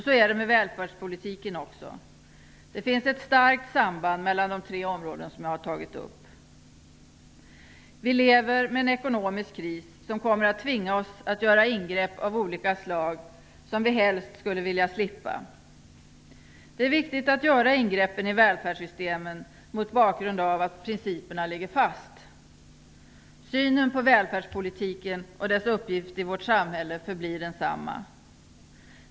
Så är det med välfärdspolitiken också. Det finns ett starkt samband mellan de tre områden som jag har tagit upp. Vi lever med en ekonomisk kris som kommer att tvinga oss att göra ingrepp av olika slag som vi helst skulle vilja slippa. Det är viktigt att göra ingreppen i välfärdssystemen mot bakgrund av att principerna ligger fast. Synen på välfärdspolitiken och dess uppgift i vårt samhälle förblir densamma.